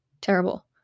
Terrible